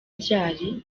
ryari